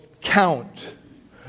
count